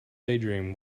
daydream